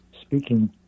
speaking